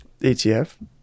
ETF